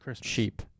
cheap